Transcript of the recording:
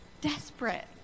Desperate